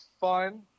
fun